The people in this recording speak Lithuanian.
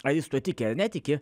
ar jis tuo tiki ar netiki